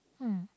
mm